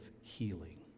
healing